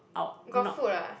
I'll knock